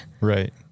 Right